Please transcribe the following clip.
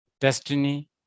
destiny